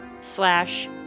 slash